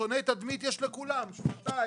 לסרטוני תדמית יש לכולם --- אבל,